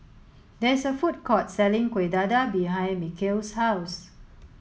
there is a food court selling Kueh Dadar behind Mikel's house